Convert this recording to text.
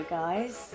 guys